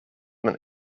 man